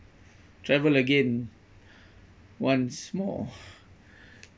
travel again once more